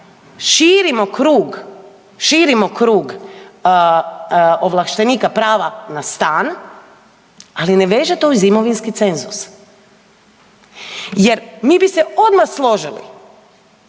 širimo krug ovlaštenika prava na stan, ali ne veže to uz imovinski cenzus jer mi bi se odmah složili